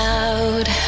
out